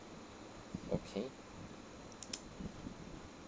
okay